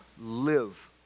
live